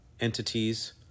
entities